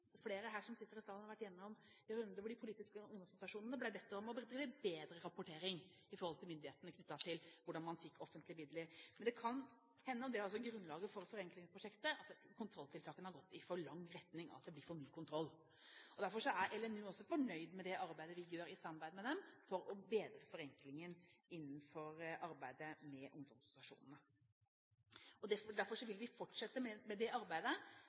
Flere som sitter her i salen, har vært gjennom runder hvor de politiske ungdomsorganisasjonene ble bedt om å bli bedre på rapportering til myndighetene knyttet til hvordan man fikk offentlige midler. Men det kan hende – og det er også grunnlaget for forenklingsprosjektet – at kontrolltiltakene har gått for langt, og at det blir for mye kontroll. Derfor er LNU også fornøyd med det arbeidet vi gjør i samarbeid med dem for å bedre forenklingen innenfor arbeidet med ungdomsorganisasjonene. Derfor vil vi fortsette med det arbeidet,